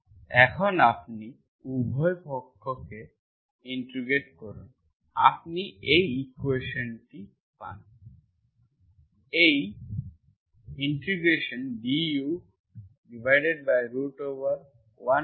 এখন আপনি উভয় পক্ষকে ইন্টিগ্রেট করুন আপনি এই ইন্টিগ্রেশনটি du1 u2 dxC পান